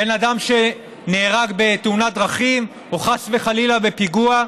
בן אדם שנהרג בתאונת דרכים, או חס וחלילה בפיגוע,